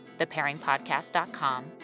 thepairingpodcast.com